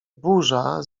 burza